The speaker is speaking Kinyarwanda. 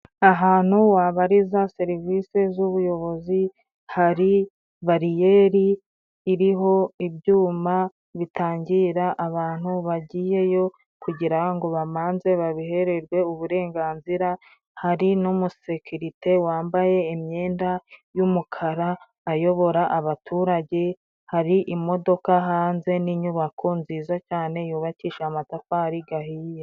Ahantu wabariza serivisi z'ubuyobozi, hari bariyeri iriho ibyuma bitangira abantu bagiyeyo kugira ngo bamanze babihererwe uburenganzira, hari n'umusekirite wambaye imyenda y'umukara, ayobora abaturage, hari imodoka hanze n'inyubako nziza cyane yubakishije amatafari gahiye.